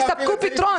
תספקו פתרון.